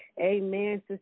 Amen